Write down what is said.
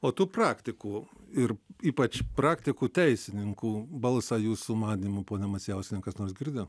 o tų praktikų ir ypač praktikų teisininkų balsą jūsų manymu pone macijausken kas nors girdi